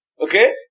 Okay